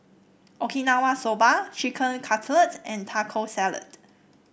Okinawa Soba Chicken Cutlet and Taco Salad